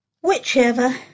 Whichever